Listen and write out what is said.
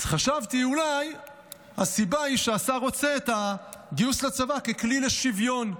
אז חשבתי: אולי הסיבה היא שהשר רוצה את הגיוס לצבא ככלי לשווין,